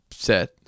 Set